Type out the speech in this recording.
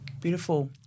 Beautiful